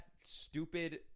stupid